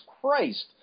Christ